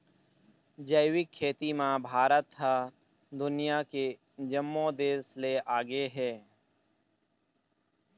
जैविक खेती म भारत ह दुनिया के जम्मो देस ले आगे हे